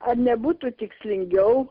ar nebūtų tikslingiau